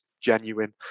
genuine